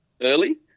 early